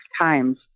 times